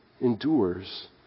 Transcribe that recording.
endures